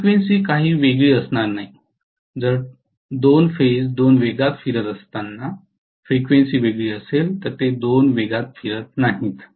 frequency काही वेगळी असणार नाही जर 2 फेज दोन वेगात फिरत असता फ्रिक्वेन्सी वेगळी असेल तर ते दोन वेगात फिरत नाहीत